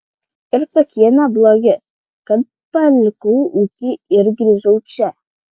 ir tokie neblogi kad palikau ūkį ir grįžau čia